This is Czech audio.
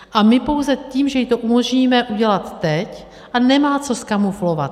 A my pouze tím, že jí to umožníme udělat teď a nemá co zkamuflovat.